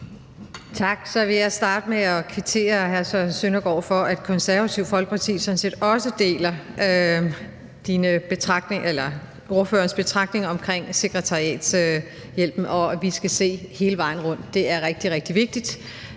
Tak. Så vil jeg starte med at kvittere over for hr. Søren Søndergaard og sige, at Det Konservative Folkeparti sådan set også deler ordførerens betragtninger om sekretariatshjælpen, og at vi skal se hele vejen rundt. Det er rigtig, rigtig vigtigt.